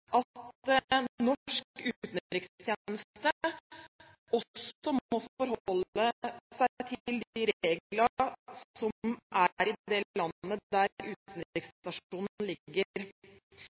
at norsk utenrikstjeneste også må forholde seg til de reglene som er i det landet der utenriksstasjonen ligger.